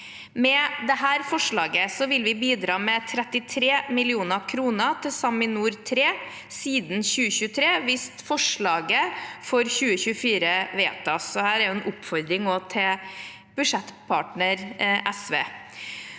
Med dette forslaget vil vi bidra med 33 mill. kr til SAMINOR 3 siden 2023 hvis forslaget for 2024 vedtas. Dette er også en oppfordring til budsjettpartner SV.